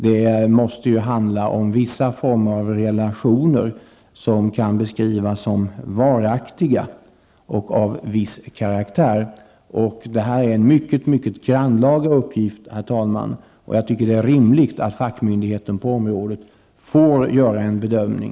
Det måste röra sig om vissa former av relationer som kan beskrivas som varaktiga och av viss karaktär. Detta är en mycket grannlaga uppgift, herr talman. Det är därför rimligt att berörd fackmyndighet får göra en bedömning.